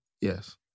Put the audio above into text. Yes